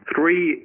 Three